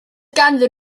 ganddyn